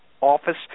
office